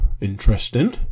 interesting